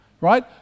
Right